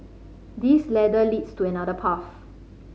this ladder leads to another path